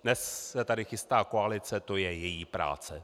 Dnes se tady chystá koalice, to je její práce.